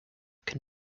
can